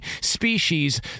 species